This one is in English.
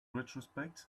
retrospect